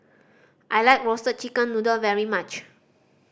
I like Roasted Chicken Noodle very much